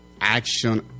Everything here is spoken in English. action